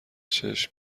چشم